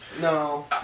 No